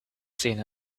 seen